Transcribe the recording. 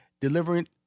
delivering